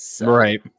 Right